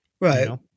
Right